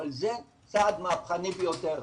אבל זה צעד מהפכני ביותר,